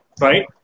right